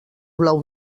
blau